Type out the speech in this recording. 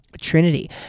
trinity